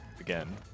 again